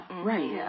right